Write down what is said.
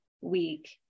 week